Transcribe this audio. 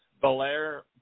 Belair